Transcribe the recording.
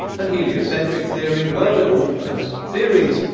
and heliocentric theory, well they're all just theories.